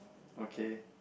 okay